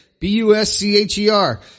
B-U-S-C-H-E-R